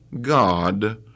God